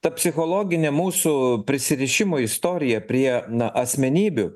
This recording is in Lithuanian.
ta psichologinė mūsų prisirišimo istorija prie na asmenybių